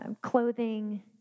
clothing